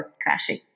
Crashing